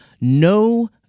no